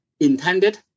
intended